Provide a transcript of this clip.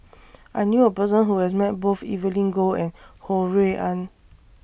I knew A Person Who has Met Both Evelyn Goh and Ho Rui An